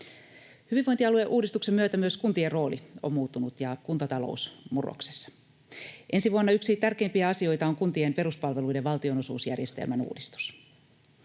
Hyvinvointialueuudistuksen myötä myös kuntien rooli on muuttunut ja kuntatalous on murroksessa. Ensi vuonna yksi tärkeimpiä asioita on kuntien peruspalveluiden valtionosuusjärjestelmän uudistus.